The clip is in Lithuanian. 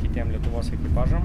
kitiem lietuvos ekipažam